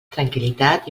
tranquil·litat